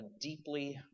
deeply